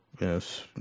yes